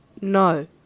no